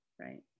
right